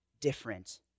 different